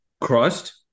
Crust